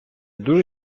дуже